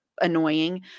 annoying